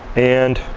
and,